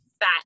fat